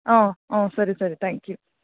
ಹಾಂ ಹಾಂ ಸರಿ ಸರಿ ತ್ಯಾಂಕ್ ಯು